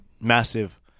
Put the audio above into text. massive